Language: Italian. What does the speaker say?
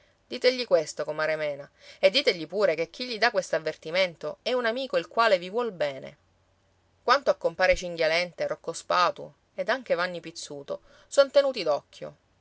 ditegli questo comare mena e ditegli pure che chi gli dà quest'avvertimento è un amico il quale vi vuol bene quanto a compare cinghialenta e rocco spatu ed anche vanni pizzuto son tenuti